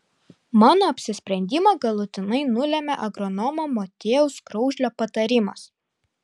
mano apsisprendimą galutinai nulėmė agronomo motiejaus kraužlio patarimas